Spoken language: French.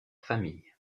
famille